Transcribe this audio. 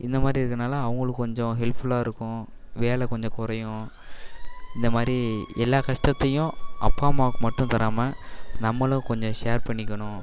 இந்தமாதிரி இருக்கிறதுனால அவர்களுக்கும் கொஞ்சம் ஹெல்ப்ஃபுல்லாக இருக்கும் வேலை கொஞ்சம் குறையும் இந்தமாதிரி எல்லா கஷ்டத்தையும் அப்பா அம்மாவுக்கு மட்டும் தராமல் நம்மளும் கொஞ்சம் ஷேர் பண்ணிக்கணும்